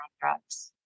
drugs